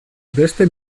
beste